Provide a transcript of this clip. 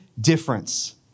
difference